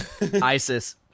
Isis